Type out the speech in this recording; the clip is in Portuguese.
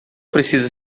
precisa